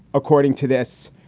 according to this,